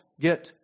get